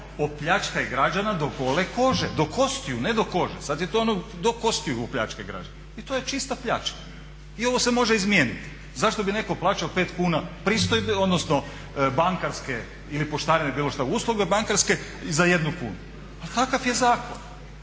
opljačkaj građanina do gole kože, do kostiju ne do kože, sad je to ono do kostiju opljačkaj građanina. I to je čista pljačka. I ovo se može izmijeniti. Zašto bi netko plaćao pet kuna bankarske ili poštarine bilo što, usluge bankarske za jednu kunu? Ali takav je zakon.